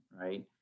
right